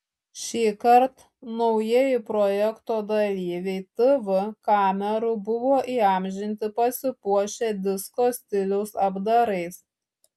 šįkart naujieji projekto dalyviai tv kamerų buvo įamžinti pasipuošę disko stiliaus apdarais